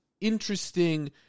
interesting